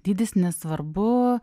dydis nesvarbu